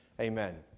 Amen